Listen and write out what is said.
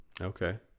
Okay